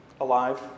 alive